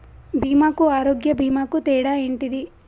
బీమా కు ఆరోగ్య బీమా కు తేడా ఏంటిది?